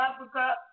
Africa